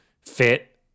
fit